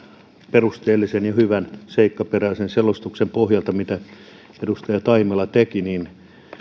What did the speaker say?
perusteellisen hyvän ja seikkaperäisen selostuksen pohjalta minkä edustaja taimela teki